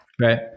Right